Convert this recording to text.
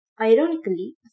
Ironically